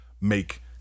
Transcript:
make